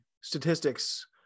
statistics